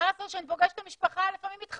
מה לעשות, כשאני פוגשת את המשפחה לפעמים מתחבקים.